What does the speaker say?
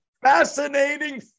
Fascinating